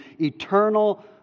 eternal